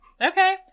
Okay